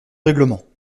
règlement